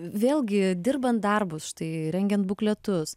vėlgi dirbant darbus štai rengiant bukletus